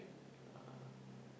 uh